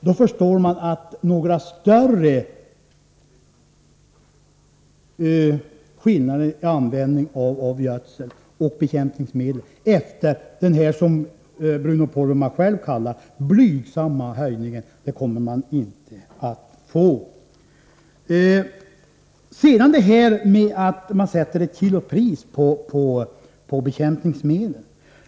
Då förstår man att den, som Bruno Poromaa säger, blygsamma avgiften inte kommer att medföra några större skillnader när det gäller användningen av gödsel och bekämpningsmedel. Sedan till frågan om att sätta ett kilopris på bekämpningsmedlen.